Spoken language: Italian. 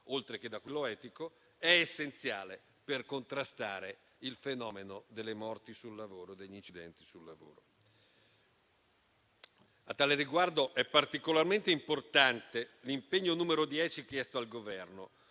oltre che da quello etico, è essenziale per contrastare il fenomeno delle morti e degli incidenti sul lavoro. A tale riguardo, è particolarmente importante l'impegno n. 10 chiesto al Governo